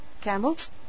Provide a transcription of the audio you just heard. Camels